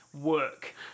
work